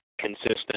consistent